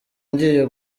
ngiye